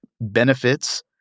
benefits